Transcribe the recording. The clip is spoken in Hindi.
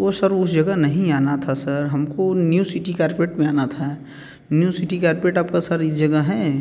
वो सर वो जगह नहीं आना था सर हमको न्यू सिटी कारपोरेट में आना था न्यू सिटी कारपोरेट आपका सर इस जगह है